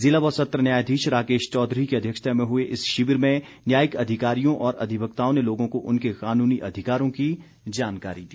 जिला व सत्र न्यायाधीश राकेश चौधरी की अध्यक्षता में हुए इस शिविर में न्यायिक अधिकारियों और अधिवक्ताओं ने लोगों को उनके कानूनी अधिकारों की जानकारी दी